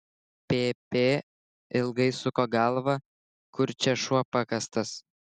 pp ilgai suko galvą kur čia šuo pakastas